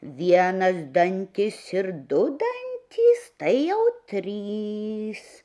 vienas dantis ir du dantys tai jau trys